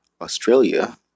Australia